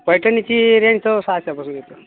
पैठणीची range तर सहाच्यापासून येते